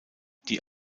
die